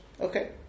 Okay